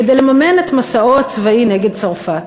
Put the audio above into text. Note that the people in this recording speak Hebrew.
כדי לממן את מסעו הצבאי נגד צרפת.